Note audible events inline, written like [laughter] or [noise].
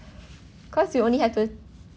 [breath] cause you only have to